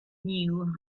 knew